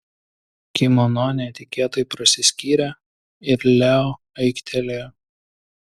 kimono netikėtai prasiskyrė ir leo aiktelėjo